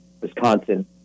Wisconsin